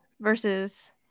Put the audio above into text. versus